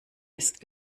ist